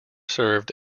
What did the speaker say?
served